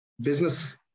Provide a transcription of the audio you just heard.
Business